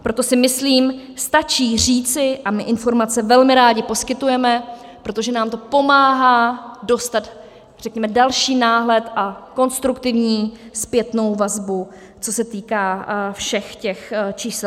Proto si myslím, stačí říci a my informace velmi rádi poskytujeme, protože nám to pomáhá dostat, řekněme, další náhled a konstruktivní zpětnou vazbu, co se týká všech těch čísel atd.